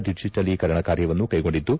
ಡಿಜಿಟಲೀಕರಣ ಕಾರ್ತವನ್ನು ಕೈಗೊಂಡಿದ್ದು